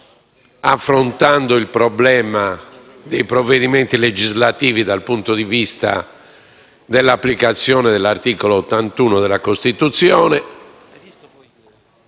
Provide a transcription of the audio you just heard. affrontando il problema dei provvedimenti legislativi dal punto di vista dell'applicazione dell'articolo 81 della Costituzione